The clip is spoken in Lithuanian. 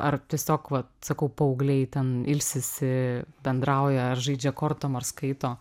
ar tiesiog vat sakau paaugliai ten ilsisi bendrauja ar žaidžia kortom ar skaito